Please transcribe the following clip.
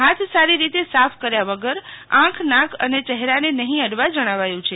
હાથ સારી રીતે સાફ કર્યા વગર આંખ નાક અને ચહેરાને નહીં અડવા જણાવાયું છે